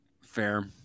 Fair